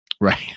right